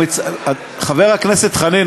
חבר הכנסת חנין,